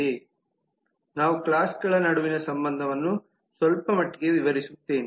ಮತ್ತು ನಾವು ಕ್ಲಾಸ್ಗಳ ನಡುವಿನ ಸಂಬಂಧವನ್ನು ಸ್ವಲ್ಪಮಟ್ಟಿಗೆ ವಿವರಿಸುತ್ತೇವೆ